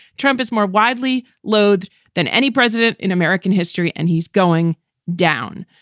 trump is more widely loathed than any president in american history, and he's going down.